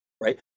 right